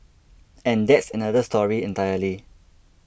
and that's another story entirely